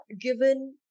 given